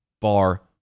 Bar